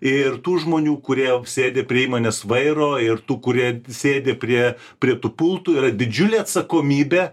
ir tų žmonių kurie sėdi prie įmonės vairo ir tų kurie sėdi prie prie tų pultų yra didžiulė atsakomybė